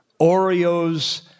Oreos